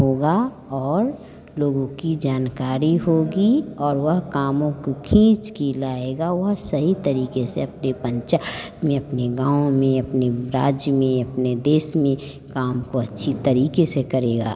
होगा और लोगों की जानकारी होगी और वह कामों को खींच कर लाएगा वह सही तरीके से अपने पंचा में अपने गाँव में राज्य में अपने देश में काम को अच्छी तरीके से करेगा